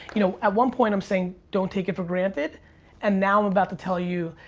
you know, at one point i'm saying, don't take it for granted and now i'm about to tell you,